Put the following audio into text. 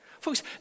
Folks